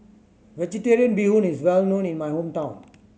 Vegetarian Bee Hoon is well known in my hometown